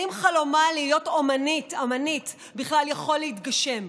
האם חלומה להיות אומנית בכלל יכול להתגשם?